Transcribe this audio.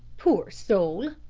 poor soul,